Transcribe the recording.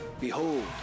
Behold